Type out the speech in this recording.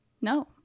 No